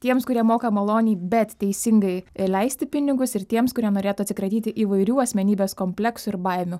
tiems kurie moka maloniai bet teisingai leisti pinigus ir tiems kurie norėtų atsikratyti įvairių asmenybės kompleksų ir baimių